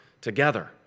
together